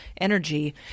energy